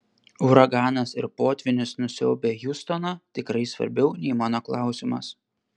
uraganas ir potvynis nusiaubę hjustoną tikrai svarbiau nei mano klausimas